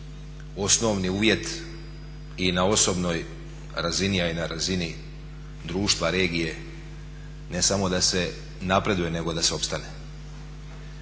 Osnovni uvjet i na osobnoj razini a i na razini društva, regije ne samo da se napreduje nego i da se opstane.